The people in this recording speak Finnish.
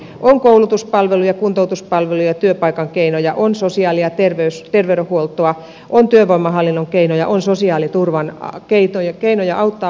on koulutuspalveluja kuntoutuspalveluja työpaikan keinoja on sosiaali ja terveydenhuoltoa on työvoimahallinnon keinoja on sosiaaliturvan keinoja auttaa osatyökykyisiä